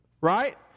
Right